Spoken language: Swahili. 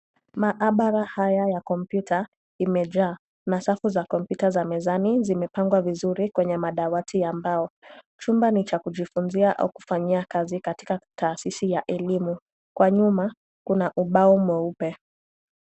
Maabara haya ya kompyuta imejaa. Masafu za kompyuta mezani imepangwa vizuri kwenye madawati ya mbao. Chumba ni cha kujifunzia au kufanyia kazi katika taasisi ya elimu. Kwa nyuma kuna ubao mweupe.